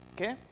Okay